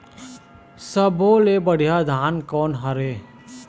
सब्बो ले बढ़िया धान कोन हर हे?